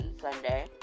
Sunday